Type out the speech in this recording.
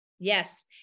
Yes